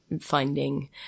finding